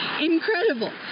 incredible